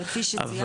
אבל כפי שציינתי,